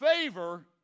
Favor